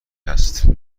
هست